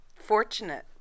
fortunate